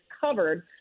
covered